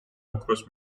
ოქროს